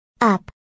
Up